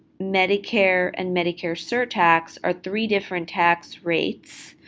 medicare, and medicare surtax are three different tax rates,